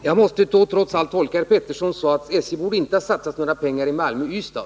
Herr talman! Jag måste trots allt tolka herr Peterssons uttalande så att SJ inte borde ha satsat några pengar i Malmö och Ystad.